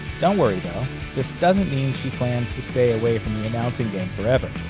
don't worry, though this doesn't mean she plans to stay away from the announcing game forever.